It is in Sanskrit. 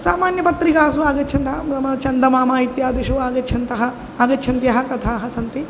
सामान्यपत्रिकासु आगच्छन्तः मम चन्दमामा इत्यादिषु आगच्छन्तः आगच्छन्त्यः कथाः सन्ति